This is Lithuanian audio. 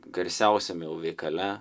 garsiausiame veikale